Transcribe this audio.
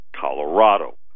Colorado